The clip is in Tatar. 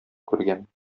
күргән